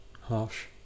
harsh